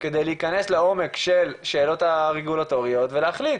כאן צריך להכניס את הרגולטור ולהכניס